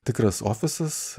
tikras ofisas